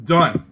Done